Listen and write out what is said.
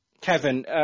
Kevin